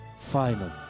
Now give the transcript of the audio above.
final